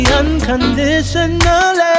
unconditionally